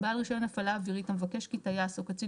בעל רישיון הפעלה אווירית המבקש כי טייס או קצין